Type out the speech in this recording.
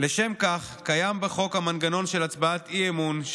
לשם כך קיים בחוק המנגנון של הצבעת אי-אמון,